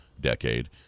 decade